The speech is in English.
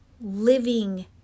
living